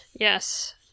Yes